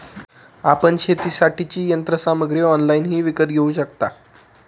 आपण शेतीसाठीची यंत्रसामग्री ऑनलाइनही विकत घेऊ शकता